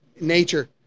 nature